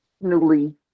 newly